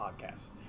podcasts